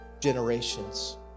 generations